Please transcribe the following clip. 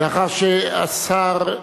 לאחר השר,